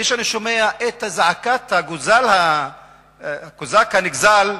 כשאני שומע את זעקת הקוזק הנגזל,